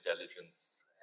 intelligence